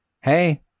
hey